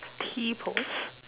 t-pose